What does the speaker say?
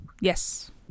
Yes